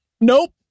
Nope